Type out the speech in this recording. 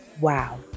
Wow